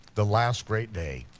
the last great day,